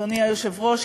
אדוני היושב-ראש,